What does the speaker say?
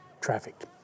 trafficked